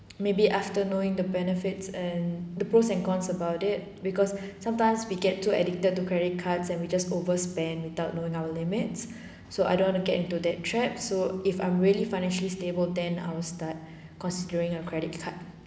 maybe after knowing the benefits and the pros and cons about it because sometimes we get too addicted to credit cards and we just overspend without knowing our limits so I don't want to get into that trap so if I'm really financially stable then I will start considering a credit card